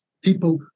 people